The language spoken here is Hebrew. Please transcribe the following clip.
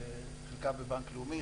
חלקה בבנק לאומי,